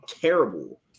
terrible